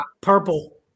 purple